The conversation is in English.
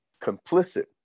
complicit